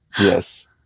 yes